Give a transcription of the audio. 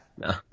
No